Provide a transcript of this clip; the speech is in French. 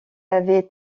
avait